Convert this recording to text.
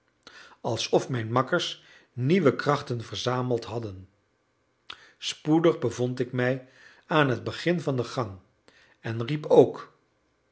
alsof mijn makkers nieuwe krachten verzameld hadden spoedig bevond ik mij aan het begin van de gang en riep ook